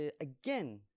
again